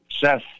Seth